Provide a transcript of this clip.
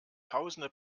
tausende